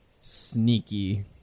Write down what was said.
sneaky